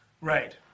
Right